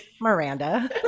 Miranda